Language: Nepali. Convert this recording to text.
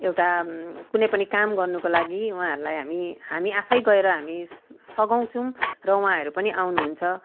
एउटा कुनै पनि काम गर्नुको लागि उहाँहरूलाई हामी हामी आफैँ गएर हामी सघाउँछौँ र उहाँहरू पनि आउनु हुन्छ